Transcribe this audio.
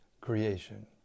creation